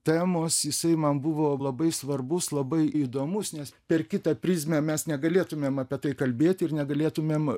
temos jisai man buvo labai svarbus labai įdomus nes per kitą prizmę mes negalėtumėm apie tai kalbėti ir negalėtumėm